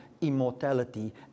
immortality